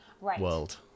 world